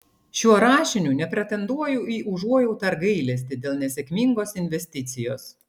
šiuo rašiniu nepretenduoju į užuojautą ar gailestį dėl nesėkmingos investicijos